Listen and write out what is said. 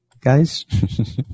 guys